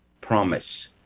promise